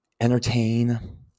entertain